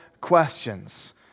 questions